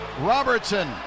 Robertson